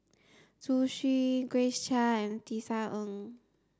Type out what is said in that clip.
Zhu Xu Grace Chia and Tisa Ng